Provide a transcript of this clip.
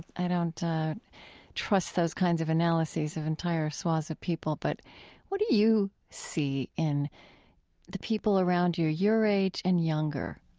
i don't trust those kinds of analyses of entire swaths of people. but what do you see in the people around you, your age and younger?